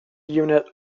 unit